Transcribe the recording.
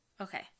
Okay